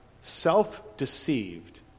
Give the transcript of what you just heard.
self-deceived